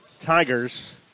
Tigers